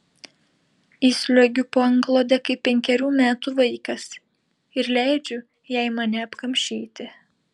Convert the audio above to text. įsliuogiu po antklode kaip penkerių metų vaikas ir leidžiu jai mane apkamšyti